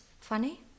funny